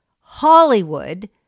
Hollywood